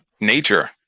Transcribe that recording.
nature